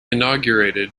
inaugurated